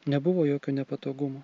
nebuvo jokio nepatogumo